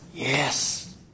Yes